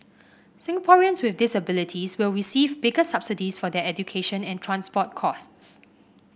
Singaporeans with disabilities will receive bigger subsidies for their education and transport costs